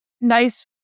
nice